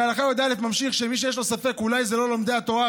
בהלכה י"א הוא ממשיך שמי שיש לו ספק אולי זה לא לומדי התורה,